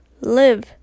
live